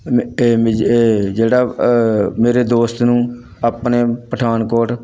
ਜਿਹੜਾ ਮੇਰੇ ਦੋਸਤ ਨੂੰ ਆਪਣੇ ਪਠਾਨਕੋਟ